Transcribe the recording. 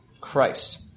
Christ